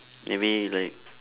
maybe like